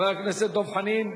חבר הכנסת דב חנין,